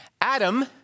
Adam